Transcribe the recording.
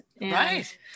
Right